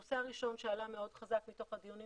הנושא הראשון שעלה מאוד חזק מתוך הדיונים